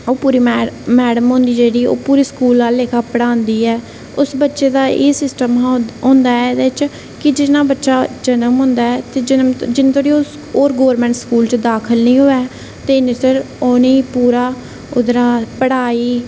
ओह् मैडम होंदी जेह्की ओह् पूरी मैडम आह्ले लेखा पढ़ांदी ऐ ते उस बच्चे दा एह् सिस्टम होंदा ऐ एह्दे च ते जि'यां बच्चा दा जन्म होंदा ऐ ते ओह् जिन्ने तोड़ी ओह् गौरमेंट स्कूल च दाखल निं होऐ ते ओह् नी पूरा उद्धरा